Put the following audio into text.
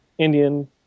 Indian